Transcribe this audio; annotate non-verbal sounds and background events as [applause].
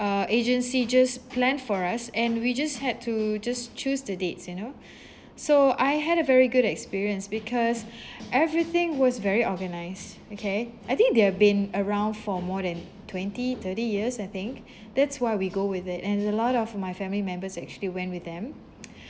uh agency just plan for us and we just had to just choose the dates you know so I had a very good experience because everything was very organised okay I think they have been around for more than twenty thirty years I think that's why we go with it and a lot of my family members actually went with them [noise]